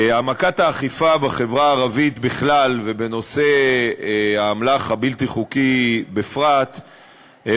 העמקת האכיפה בחברה הערבית בכלל ובנושא האמל"ח הבלתי-חוקי בפרט היא